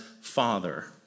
father